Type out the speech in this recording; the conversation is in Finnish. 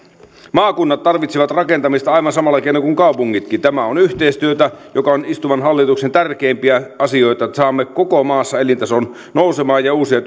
maakunnat tarvitsevat rakentamista aivan samalla tavalla kuin kaupungitkin tämä on yhteistyötä joka on istuvan hallituksen tärkeimpiä asioita että saamme koko maassa elintason nousemaan ja uusia